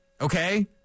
okay